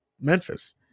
Memphis